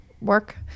work